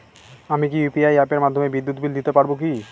আমি কি ইউ.পি.আই অ্যাপের মাধ্যমে বিদ্যুৎ বিল দিতে পারবো কি?